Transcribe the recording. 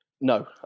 No